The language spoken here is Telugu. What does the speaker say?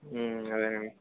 అదేనండి